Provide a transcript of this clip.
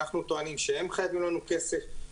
אנחנו טוענים שהם חייבים לנו כסף.